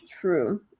True